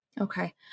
okay